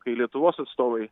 kai lietuvos atstovai